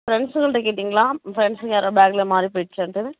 ஃப்ரெண்ட்ஸுங்கள்கிட்ட கேட்டீங்களா ஃப்ரெண்ட்ஸுங்க யாரா பேக்கில் மாறி போயிடுச்சான்ட்டுன்னு